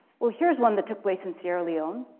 well, here's one that took place in sierra leone.